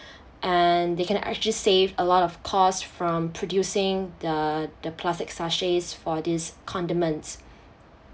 and they can actually save a lot of cost from producing the the plastic sachets for these condiments